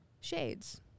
shades